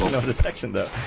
the effects and